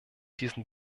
diesen